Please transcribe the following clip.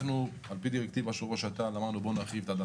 על פי דירקטיבה של ראש אט"ל אמרנו שנרחיב את זה,